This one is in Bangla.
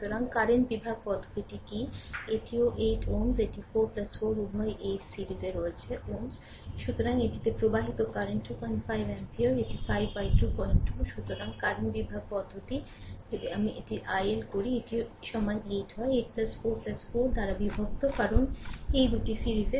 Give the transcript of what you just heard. সুতরাং কারেন্ট বিভাগ পদ্ধতিটি থেকে এটিও 8 Ω এটি 4 4 উভয়ই 8 সিরিজে রয়েছে Ω সুতরাং এটিতে প্রবাহিত কারেন্ট 25 এমপিয়ার এটি 5 বাই 2 2 সুতরাং কারেন্ট বিভাগ পদ্ধতি যদি আমি এটির IL করি এটির সমান 8 হয় 8 4 4 দ্বারা বিভক্ত কারণ এই দুটি সিরিজ